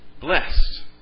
Blessed